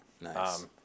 Nice